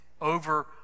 over